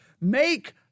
Make